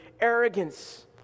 arrogance